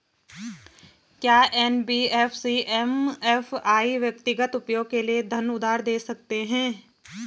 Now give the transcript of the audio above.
क्या NBFC MFI व्यक्तिगत उपयोग के लिए धन उधार दें सकते हैं?